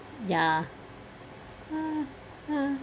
ya